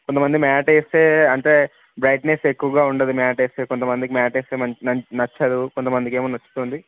కొంతమంది మ్యాట్ వేస్తే అంటే బ్రైట్నెస్ ఎక్కువగా ఉండదు మ్యాట్ వేస్తే కొంతమందికి మ్యాట్ వేస్తే మన్ నం నచ్చదు కొంతమందికి ఏమో నచ్చుతుంది